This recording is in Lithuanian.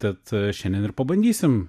tad šiandien ir pabandysim